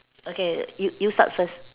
okay you you start first